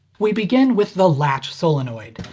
we begin with the latch solenoid.